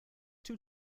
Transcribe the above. two